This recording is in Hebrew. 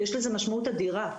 יש לזה משמעות אדירה.